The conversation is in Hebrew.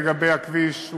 לגבי הכביש,